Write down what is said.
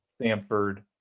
Stanford